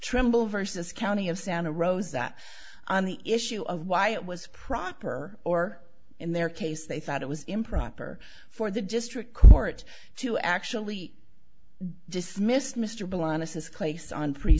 trimble versus county of santa rosa on the issue of why it was proper or in their case they thought it was improper for the district court to actually dismiss mr blindness is clase on pre